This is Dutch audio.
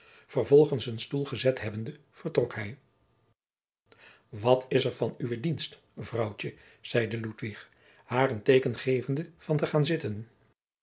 vervolgens een stoel gezet hebbende vertrok hij wat is er van uwe dienst vrouwtje zeide ludwig haar een teeken gevende van te gaan zitten